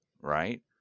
right